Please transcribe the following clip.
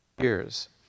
years